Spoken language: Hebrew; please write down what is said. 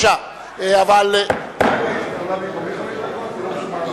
דליה איציק יכולה במקומי חמש דקות?